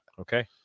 Okay